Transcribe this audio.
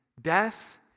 death